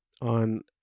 on